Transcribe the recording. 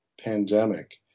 pandemic